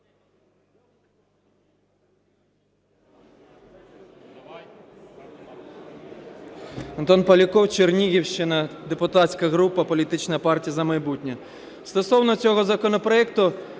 Антон Поляков, Чернігівщина, депутатська група політична партія "За майбутнє". Стосовно цього законопроекту